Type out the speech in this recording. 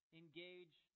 engage